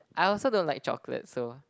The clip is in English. I also don't like chocolate so